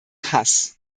hass